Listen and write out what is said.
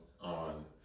on